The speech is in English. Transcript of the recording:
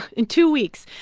in two weeks.